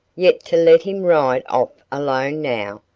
yet to let him ride off alone now,